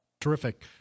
Terrific